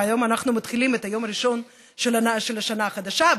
והיום אנחנו מתחילים את היום הראשון של השנה החדשה,